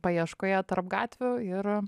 paieškoje tarp gatvių ir